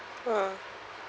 mm